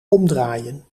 omdraaien